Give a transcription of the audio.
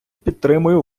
підтримую